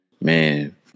Man